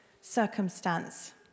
circumstance